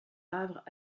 havre